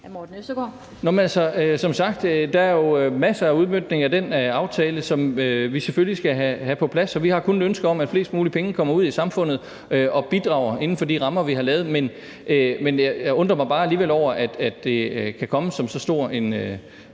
som sagt masser af udmøntning af den aftale, som vi selvfølgelig skal have på plads, og vi har kun et ønske om, at flest mulige penge kommer ud i samfundet og bidrager inden for de rammer, vi har lavet. Men jeg undrer mig bare alligevel over, at det kan komme som så stor en